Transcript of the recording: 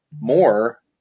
more